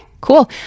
cool